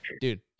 Dude